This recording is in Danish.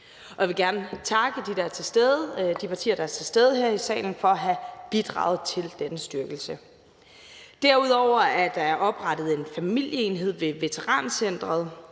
Jeg vil gerne takke de partier, der er til stede her i salen, for at have bidraget til denne styrkelse. Derudover er der oprettet en familieenhed ved Veterancentret.